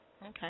Okay